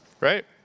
Right